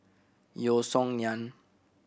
Yeo Song Nian